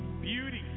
Beauty